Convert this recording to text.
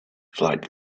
flight